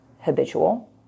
habitual